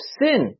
sin